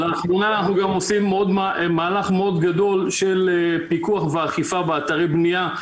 לאחרונה אנחנו גם עושים מהלך מאוד גדול של פיקוח ואכיפה באתרי בנייה.